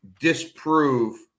disprove